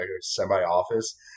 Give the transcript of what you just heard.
semi-office